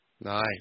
Nice